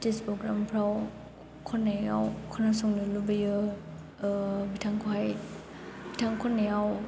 stage प्रग्रामफ्राव खन्नायाव खोनासंनो लुबैयो बिथांखौहाय बिथां खन्नायाव